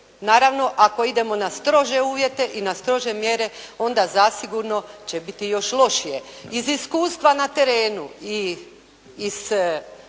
Naravno ako idemo na strože uvjete i na strože mjere onda zasigurno će biti još lošije. Iz iskustva na terenu i iz